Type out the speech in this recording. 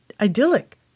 idyllic